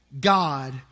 God